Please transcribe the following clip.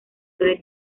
greg